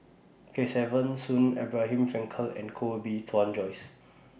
Kesavan Soon Abraham Frankel and Koh Bee Tuan Joyce